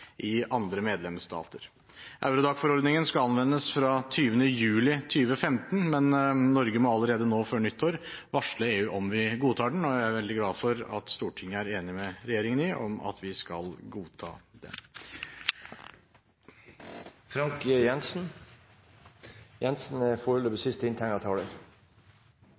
i andre medlemsstater. Eurodac-forordningen skal anvendes fra 20. juli 2015, men Norge må allerede nå før nyttår varsle EU om vi godtar den, og jeg er veldig glad for at Stortinget er enig med regjeringen i at vi skal godta